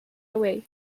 away